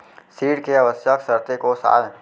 ऋण के आवश्यक शर्तें कोस आय?